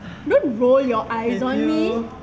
if you